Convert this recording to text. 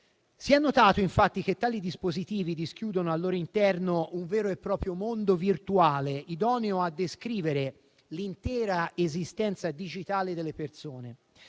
Si è infatti notato che tali dispositivi dischiudono al loro interno un vero e proprio mondo virtuale idoneo a descrivere l'intera esistenza digitale delle persone.